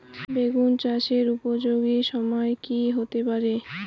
বেগুন চাষের উপযোগী সময় কি হতে পারে?